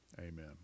Amen